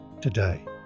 today